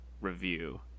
review